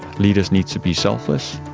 leaders need to be selfless,